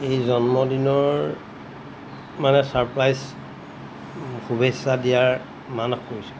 এই জন্মদিনৰ মানে ছাৰপ্ৰাইজ শুভেচ্ছা দিয়াৰ মানস কৰিছোঁ